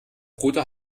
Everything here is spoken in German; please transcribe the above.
bruder